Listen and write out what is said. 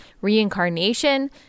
reincarnation